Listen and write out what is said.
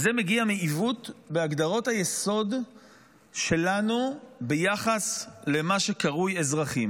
זה מגיע מעיוות בהגדרות היסוד שלנו ביחס למה שקרוי אזרחים.